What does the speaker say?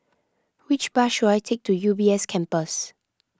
which bus should I take to U B S Campus